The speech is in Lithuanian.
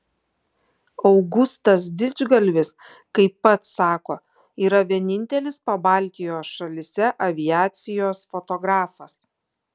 augustas didžgalvis kaip pats sako yra vienintelis pabaltijo šalyse aviacijos fotografas